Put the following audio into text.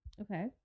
Okay